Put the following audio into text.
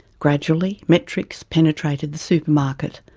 gradually metrics penetrated the supermarkets.